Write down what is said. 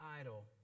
idol